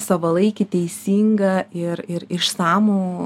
savalaikį teisingą ir ir išsamų